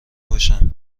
باشند